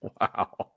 Wow